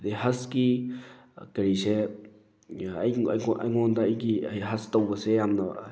ꯍꯖꯀꯤ ꯀꯔꯤꯁꯦ ꯑꯩꯉꯣꯟꯗ ꯑꯩꯒꯤ ꯑꯩ ꯍꯖ ꯇꯧꯕꯁꯦ ꯌꯥꯝꯅ